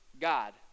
God